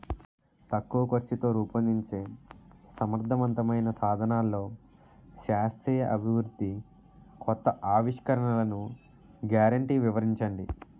తక్కువ ఖర్చుతో రూపొందించే సమర్థవంతమైన సాధనాల్లో శాస్త్రీయ అభివృద్ధి కొత్త ఆవిష్కరణలు గ్యారంటీ వివరించండి?